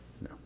No